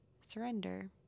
surrender